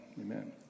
Amen